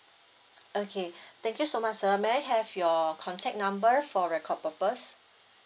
okay thank you so much sir may I have your contact number for record purpose